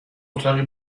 اتاقی